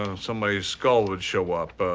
somebody's skull would show up,